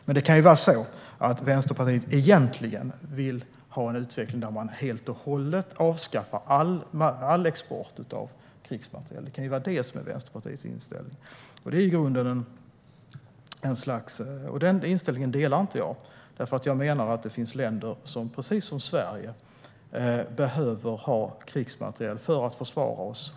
Kanske är det så att Vänsterpartiet egentligen vill se en utveckling där all export av krigsmateriel avskaffas. Denna inställning delar inte jag, för det finns länder som precis som Sverige behöver ha krigsmateriel för att försvara sig.